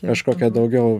kažkokie daugiau